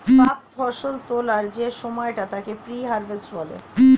প্রাক্ ফসল তোলার যে সময়টা তাকে প্রি হারভেস্ট বলে